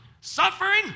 Suffering